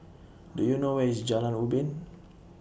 Do YOU know Where IS Jalan Ubin